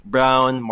Brown